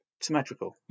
symmetrical